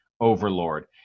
overlord